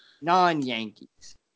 non-Yankees